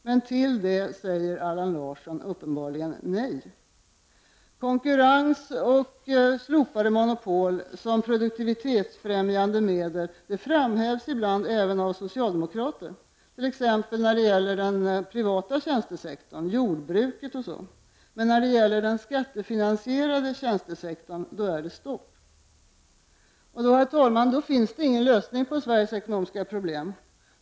Men till detta säger uppenbarligen Allan Larsson nej. Konkurrens och slopade monopol som produktivitetsfrämjande medel framhävs ibland även av socialdemokrater, t.ex. när det gäller den privata tjänstesektorn, jordbruket m.m. Men när det gäller den skattefinansierade tjänstesektorn är det stopp. Då finns det, herr talman, ingen lösning på Sveriges ekonomiska problem.